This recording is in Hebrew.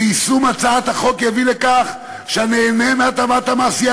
שיישום הצעת החוק יביא לכך שהנהנה מהטבת המס יהיה